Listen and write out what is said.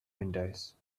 windows